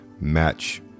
match